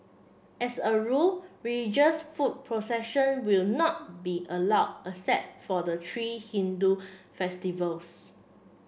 as a rule religious foot procession will not be allow for the three Hindu festivals